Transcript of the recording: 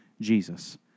Jesus